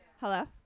Hello